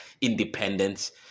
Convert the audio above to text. independence